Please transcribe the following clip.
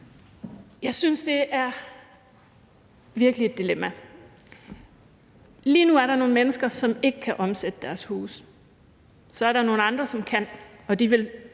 Jeg synes, at det virkelig er et dilemma. Lige nu er der nogle mennesker, som ikke kan omsætte deres huse. Så er der nogle andre, som kan, og de vil